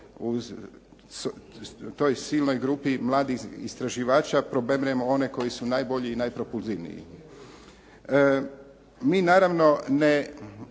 uz toj silnoj grupi mladih istraživača proberemo one koji su najbolji i najpropulzivniji. Mi naravno ne